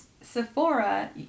Sephora